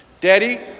Daddy